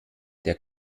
der